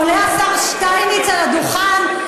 עולה השר שטייניץ על הדוכן,